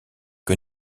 que